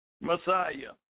Messiah